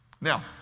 Now